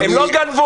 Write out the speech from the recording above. הם לא גנבו,